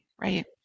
right